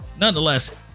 nonetheless